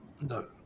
No